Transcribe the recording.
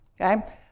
okay